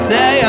Say